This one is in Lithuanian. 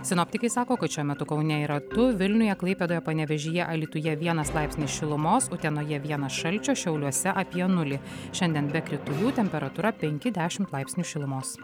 sinoptikai sako kad šiuo metu kaune yra du vilniuje klaipėdoje panevėžyje alytuje vienas laipsnis šilumos utenoje vienas šalčio šiauliuose apie nulį šiandien be kritulių temperatūra penki dešimt laipsnių šilumos